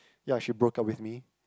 ya she broke up with me